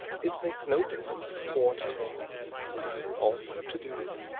it makes no difference what it may be all you have to do is,